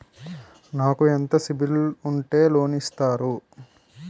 నాకు ఎంత సిబిఐఎల్ ఉంటే లోన్ ఇస్తారు?